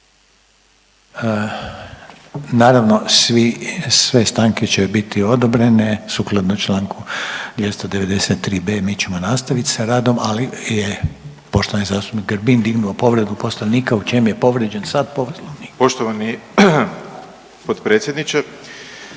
Naravno, sve stanke će biti odobrene sukladno članku 293b. Mi ćemo nastaviti sa radom, ali je poštovani zastupnik Grbin dignuo povredu Poslovnika. U čemu je povrijeđen sad Poslovnik? **Grbin, Peđa